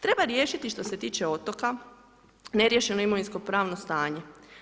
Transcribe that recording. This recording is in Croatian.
Treba riješiti što se tiče otoka neriješeno imovinsko pravno stanje.